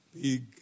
big